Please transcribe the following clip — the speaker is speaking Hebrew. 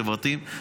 חברתיים,